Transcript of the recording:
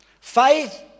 Faith